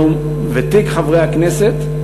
היום ותיק חברי הכנסת,